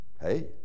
Hey